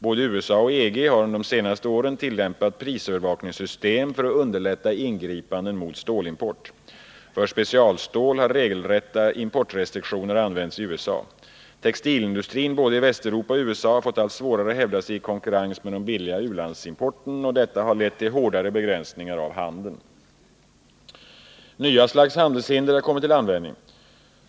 Både USA och EG har under de senaste åren tillämpat prisövervakningssystem för att underlätta ingripanden mot stålimport. För specialstål har regelrätta importrestriktioner använts i USA. Textilindustrin i både Västeuropa och USA har fått allt svårare att hävda sig i konkurrensen med den billiga u-landsimporten. Detta har lett till hårdare begränsningar av handeln. Nya slags handelshinder har kommit till användning.